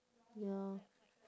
ya